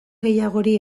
gehiagori